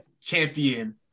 champion